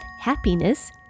happiness